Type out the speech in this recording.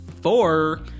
four